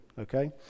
okay